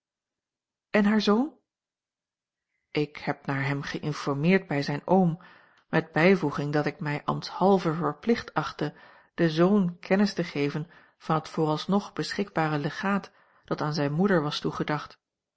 en haar zoon ik heb naar hem geïnformeerd bij zijn oom met bijvoeging dat ik mij ambtshalve verplicht achtte den zoon kennis te geven van het vooralsnog beschikbare legaat dat aan zijne moeder was toegedacht